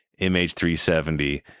MH370